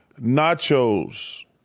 nachos